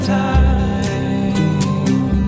time